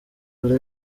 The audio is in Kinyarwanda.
alain